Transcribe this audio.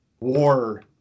war